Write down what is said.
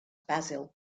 basil